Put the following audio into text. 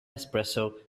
espresso